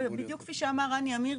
בדיוק כפי שאמרת רני עמיר,